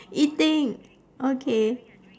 eating okay